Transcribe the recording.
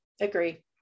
Agree